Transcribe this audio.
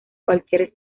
cualquier